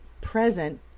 present